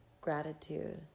gratitude